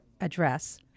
address